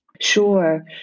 Sure